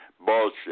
Bullshit